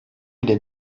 bile